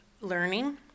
learning